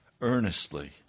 earnestly